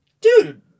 dude